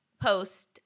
post